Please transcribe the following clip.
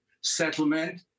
settlement